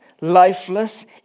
lifeless